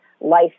life